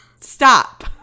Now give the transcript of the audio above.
stop